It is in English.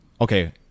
okay